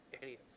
idiot